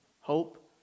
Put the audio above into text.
hope